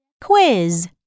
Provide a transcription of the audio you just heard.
quiz